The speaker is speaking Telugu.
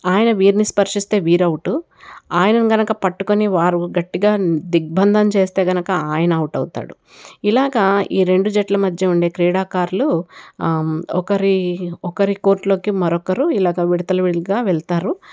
ఆయన వీరిని స్పర్శిస్తే వీరు అవుట్ ఆయనను కనుక పట్టుకొని వారు గట్టిగా దిగ్బంధన చేస్తే కనుక ఆయన అవుట్ అవుతాడు ఇలాగా ఈ రెండు జట్ల మధ్య ఉండే క్రీడాకారులు ఒకరి ఒకరి కోర్టులోకి మరొకరు ఇలాగ విడతలవారిగా వెళతారు